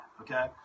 okay